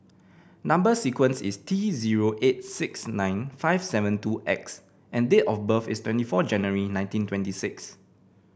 number sequence is T zero eight six nine five seven two X and date of birth is twenty four January nineteen twenty six